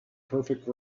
perfect